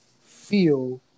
feel